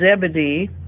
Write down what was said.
Zebedee